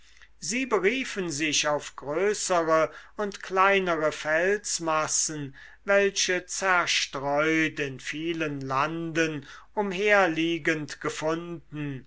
sie beriefen sich auf größere und kleinere felsmassen welche zerstreut in vielen landen umherliegend gefunden